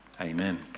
Amen